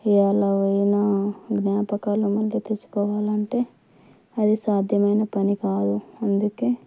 ఇవ్వాళ పోయిన జ్ఞాపకాలు మళ్ళీ తెచ్చుకోవాలంటే అది సాధ్యమైన పని కాదు అందుకే